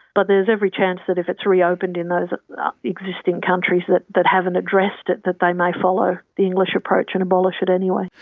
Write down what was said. but there's every chance that if it is reopened in those existing countries that that haven't addressed it, that they may follow the english approach and abolish it anyway.